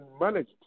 managed